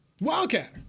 Wildcat